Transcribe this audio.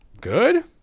good